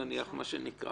זה נכון שנורמות